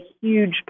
huge